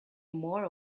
more